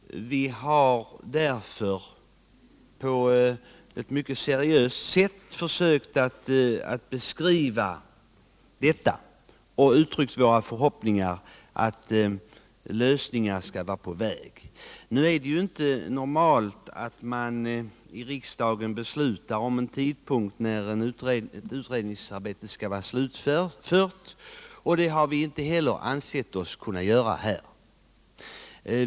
Vi har därför på eu mycket seriöst sätt försökt beskriva detta och uttryckt våra förhoppningar att 31 lösningar skall vara på väg. Det är inte normalt att riksdagen beslutar när ett utredningsarbete skall vara slutfört, och det har vi inte heller här ansett oss kunna göra.